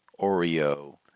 Oreo